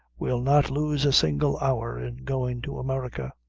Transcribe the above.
we'll not lose a single hour in going to america.